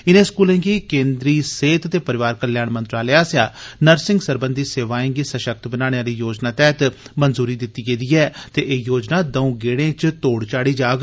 इनें स्कूलें गी केन्द्री सेह्त ते परोआर कल्याण मंत्रालय आस्सेआ नर्सिंग सरबंधी सेवाएं गी सषक्त बनाने आली योजना तैह्त मंजूरी दित्ती गेई ऐ ते एह् योजना दर्ऊ गेड़े च तोड़ चाढ़ी जाग